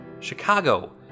Chicago